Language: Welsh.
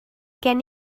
gen